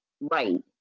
right